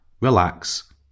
relax